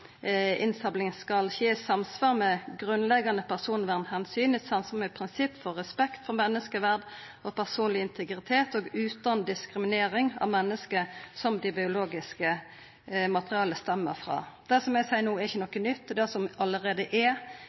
i samsvar med prinsipp for respekt for menneskeverd og personleg integritet og utan diskriminering av menneske som det biologiske materialet stammar frå. Det som eg seier no, er ikkje noko nytt, det er allereie formålet til biobanklova, men som sagt synest eg det er